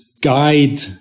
guide